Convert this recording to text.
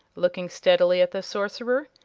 looking steadily at the sorcerer,